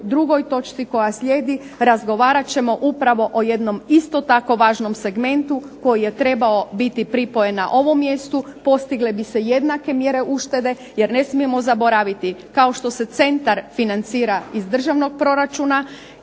u drugoj točci koja slijedi razgovarat ćemo upravo o jednom isto tako važnom segmentu koji je trebao biti pripojen na ovom mjestu. Postigle bi se jednake mjere uštede. Jer ne smijemo zaboraviti, kao što se centar financira iz državnog proračuna